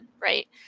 right